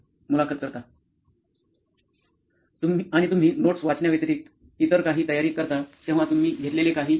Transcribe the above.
मुलाखतकर्ता आणि तुम्ही नोट्स वाचण्याव्यतिरिक्त इतर काही तयार करता तेव्हा तुम्ही घेतलेले काहीही